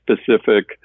specific